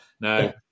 Now